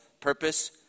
purpose